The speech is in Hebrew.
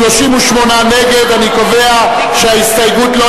של קבוצת סיעת מרצ וקבוצת סיעת חד"ש ושל חברי הכנסת טלב אלסאנע,